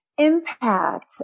impact